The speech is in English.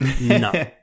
No